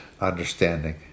understanding